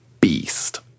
beast